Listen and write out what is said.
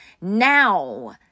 Now